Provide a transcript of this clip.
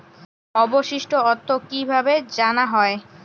অবশিষ্ট অর্থ কিভাবে জানা হয়?